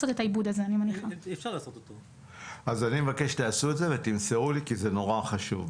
אני מבקש שתעשו את זה ותמסרו לי כי זה נורא חשוב.